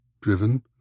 driven